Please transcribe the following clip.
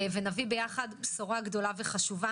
ונביא ביחד בשורה גדולה וחשובה.